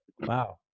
wow